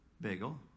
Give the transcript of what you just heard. bagel